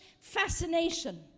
fascination